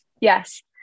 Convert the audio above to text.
Yes